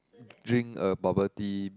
drink a bubble tea